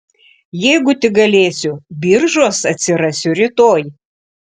jeigu tik galėsiu biržuos atsirasiu rytoj